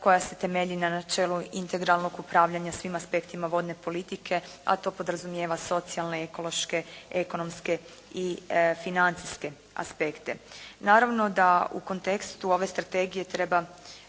koja se temelji na načelu integralnog upravljanja svim aspektima vodne politike, a to podrazumijeva socijalne, ekološke, ekonomske i financijske aspekte. Naravno da u kontekstu ove strategije treba